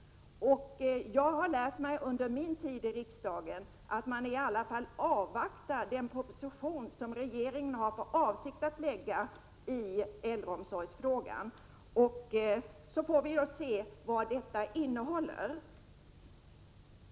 Jag har under min tid i riksdagen lärt mig att man i alla fall avvaktar en proposition som regeringen har för avsikt att lägga, nu i äldreomsorgsfrågan. Sedan får vi se vad den innehåller.